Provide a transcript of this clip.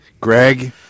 Greg